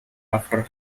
after